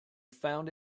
found